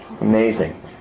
Amazing